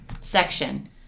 section